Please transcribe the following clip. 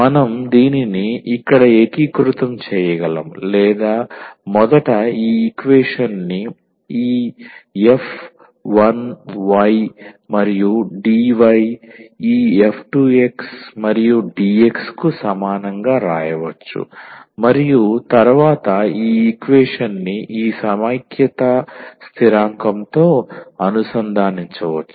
మనం దీనిని ఇక్కడ ఏకీకృతం చేయగలము లేదా మొదట ఈ ఈక్వేషన్ని ఈ f 1 y మరియు dy ఈ f 2 x మరియు dx కు సమానంగా వ్రాయవచ్చు మరియు తరువాత ఈ ఈక్వేషన్ని ఈ సమైక్యత స్థిరాంకంతో అనుసంధానించవచ్చు